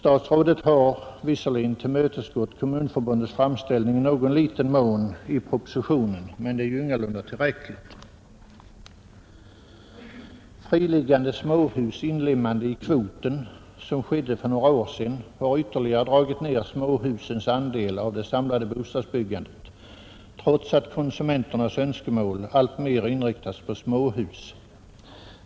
Statsrådet har visserligen i propositionen i någon liten mån tillmötesgått Kommunförbundets framställning, men ingalunda i tillräcklig omfattning. Inlemmandet av friliggande småhus i kvoten, som skedde för något år sedan, har ytterligare dragit ner småhusens andel av det samlade bostadsbyggandet, trots att konsumenternas önskemål alltmer inriktar sig på småhus.